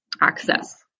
access